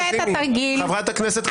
חברת הכנסת נעמה לזימי,